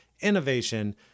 innovation